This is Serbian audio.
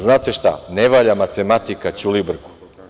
Znate šta, ne valja matematika Ćulibrku.